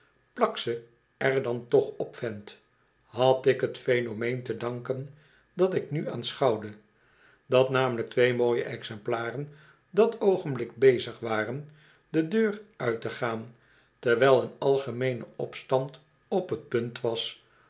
plak ze v dan toch op vent had ik het phenomeen te danken dat ik nu aanschouwde dat namelijk twee mooie exemplaren dat oogenblik bezig waren de deur uit te gaan terwijl een algemeene opstand op t punt was